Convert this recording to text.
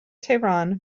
tehran